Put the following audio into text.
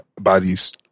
bodies